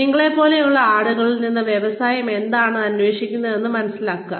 നിങ്ങളെപ്പോലുള്ള ആളുകളിൽ നിന്ന് വ്യവസായം എന്താണ് അന്വേഷിക്കുന്നതെന്ന് മനസ്സിലാക്കുക